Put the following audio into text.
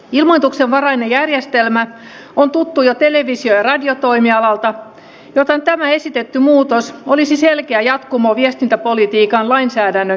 ilmoituksenvarainen järjestelmä on tuttu jo televisio ja radiotoimialalta joten tämä esitetty muutos olisi selkeä jatkumo viestintäpolitiikan lainsäädännön kehittämisessä